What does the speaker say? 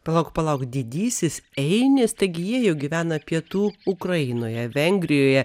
palauk palauk didysis einis tai gi jie juk gyvena pietų ukrainoje vengrijoje